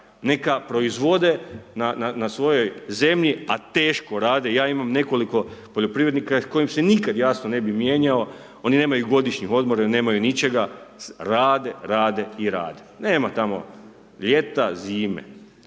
neka proizvode na svojoj zemlji a teško rade, ja imam nekoliko poljoprivrednika s kojim se nikad jasno ne bi mijenjao, oni nemaju godišnjih odmora, oni nemaju ničega, rade, rade i rade. Nema tamo ljeta, zime.